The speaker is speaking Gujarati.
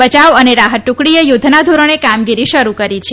બચાવ અને રાહત ટુકડીએ યુધ્ધના ધોરણે કામગીરી શરૂ કરી છે